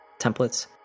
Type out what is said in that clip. templates